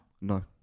No